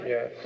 Yes